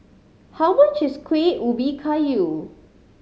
how much is Kueh Ubi Kayu